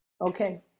Okay